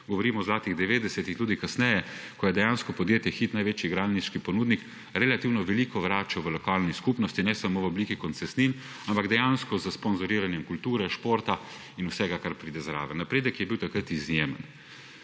Govorim o zlatih devetdesetih, tudi kasneje, ko je dejansko podjetje Hit, največji igralniški ponudnik, relativno veliko vračalo v lokalno skupnost, ne samo v obliki koncesnin, ampak dejansko s sponzoriranjem kulture, športa in vsega, kar pride zraven. Napredek je bil takrat izjemen.